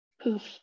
poof